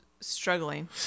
struggling